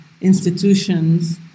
institutions